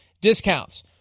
discounts